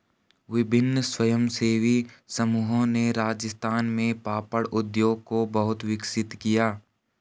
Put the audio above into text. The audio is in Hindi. विभिन्न स्वयंसेवी समूहों ने राजस्थान में पापड़ उद्योग को बहुत विकसित किया